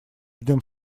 ждем